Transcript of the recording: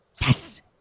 yes